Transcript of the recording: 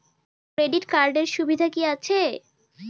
Credit কার্ডের সুবিধা কি আছে?